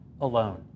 alone